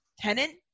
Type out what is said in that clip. Tenant